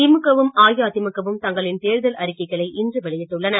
திமுக வும் அஇஅதிமுக வும் தங்களின் தேர்தல் அறிக்கைகளை இன்று வெளியிட்டுள்ளன